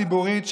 תחבורה ציבורית,